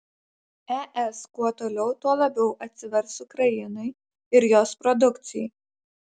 es kuo toliau tuo labiau atsivers ukrainai ir jos produkcijai